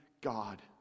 God